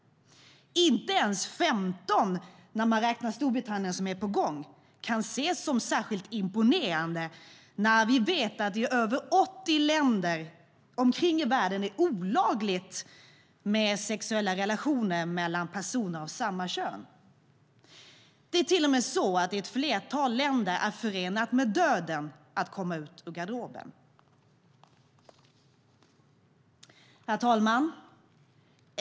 Inte ens 15 - när man räknar Storbritannien som är på gång - kan ses som särskilt imponerande när vi vet att det i över 80 länder runt omkring i världen är olagligt med sexuella relationer mellan personer av samma kön. Det är till och med så att det i ett flertal länder är förenat med döden att komma ut ur garderoben. Herr talman!